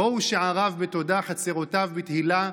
בֹאו שעריו בתודה, חצרֹתיו בתהִלה.